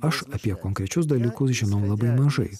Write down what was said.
aš apie konkrečius dalykus žinau labai mažai